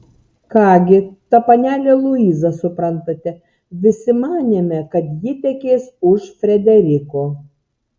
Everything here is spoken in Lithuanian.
ką gi ta panelė luiza suprantate visi manėme kad ji tekės už frederiko